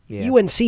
UNC